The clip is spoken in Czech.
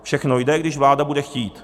Všechno jde, když vláda bude chtít.